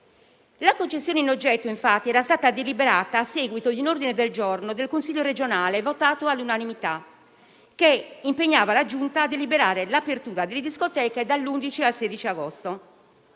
La concessione in oggetto, infatti, era stata deliberata a seguito di un ordine del giorno del Consiglio regionale votato all'unanimità, che impegnava la Giunta a deliberare l'apertura delle discoteche dall'11 al 16 agosto,